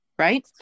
Right